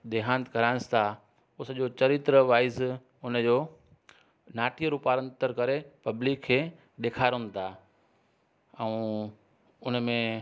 देहांत कराइनि था हो सॼो चरित्र वाइज उन जो नाट्य रूपारंतर करे पब्लिक खे ॾेखारऊं था ऐं उनमें